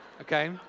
Okay